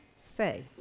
say